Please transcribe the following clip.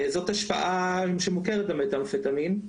זאת השפעה שמוכרת במתאמפטמין,